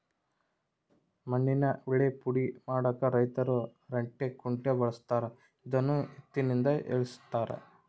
ಮಣ್ಣಿನ ಯಳ್ಳೇ ಪುಡಿ ಮಾಡಾಕ ರೈತರು ರಂಟೆ ಕುಂಟೆ ಬಳಸ್ತಾರ ಇದನ್ನು ಎತ್ತಿನಿಂದ ಎಳೆಸ್ತಾರೆ